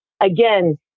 again